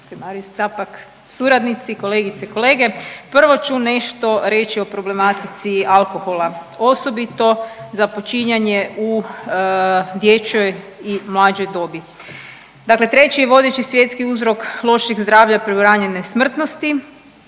suradnici, kolegice i kolege, prvo ću nešto reći o problematici alkohola osobito započinjanje u dječjoj i mlađoj dobi. Dakle, treći je vodeći svjetski uzrok lošeg zdravlja i preuranjene smrtnosti,